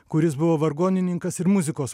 kuris buvo vargonininkas ir muzikos